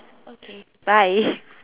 okay bye